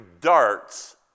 darts